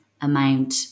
amount